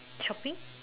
shopping